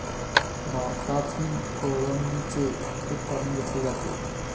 भारतातही कोळंबीचे उत्पादन घेतले जाते